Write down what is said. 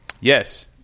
Yes